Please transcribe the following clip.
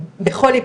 בכל לבי.